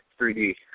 3D